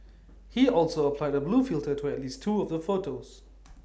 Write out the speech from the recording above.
he also applied A blue filter to at least two of the photos